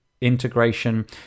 integration